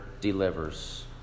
delivers